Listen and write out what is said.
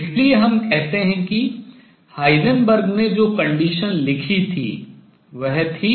इसलिए हम कहते हैं कि हाइजेनबर्ग ने जो condition शर्त लिखी थी वह थी